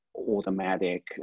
automatic